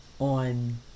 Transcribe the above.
on